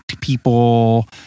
people